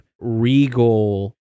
regal